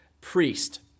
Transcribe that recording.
priest